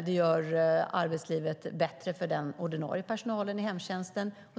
och det gör arbetslivet bättre för den ordinarie personalen i hemtjänsten.